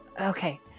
okay